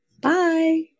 Bye